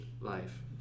life